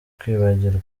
kwibagirwa